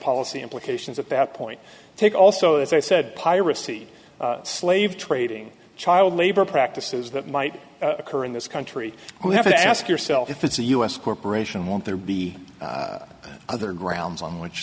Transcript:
policy implications at that point take also as i said piracy slave trading child labor practices that might occur in this country who have to ask yourself if it's a u s corporation won't there be other grounds on which